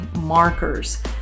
markers